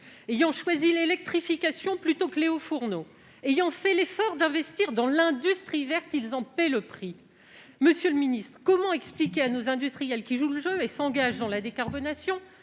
Ayant choisi l'électrification plutôt que les hauts-fourneaux, ayant fait l'effort d'investir dans l'industrie verte, il en paye le prix ! Monsieur le ministre, comment expliquer à nos industriels qui jouent le jeu et s'engagent dans la décarbonation